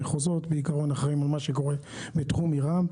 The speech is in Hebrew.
המחוזות אחראים על מה שקורה בתחום עירם,